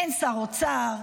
אין שר אוצר,